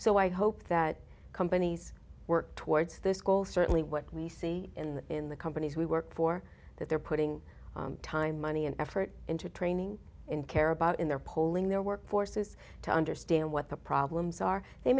so i hope that companies work towards this goal certainly what we see in the in the companies we work for that they're putting time money and effort into training and care about in their polling their workforces to understand what the problems are they